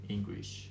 English